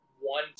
one